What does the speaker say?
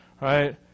Right